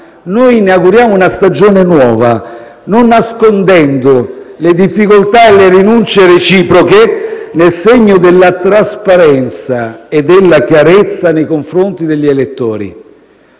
noi inauguriamo una stagione nuova, non nascondendo le difficoltà e le rinunce reciproche nel segno della trasparenza e della chiarezza nei confronti degli elettori.